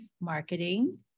marketing